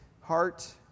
heart